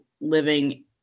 living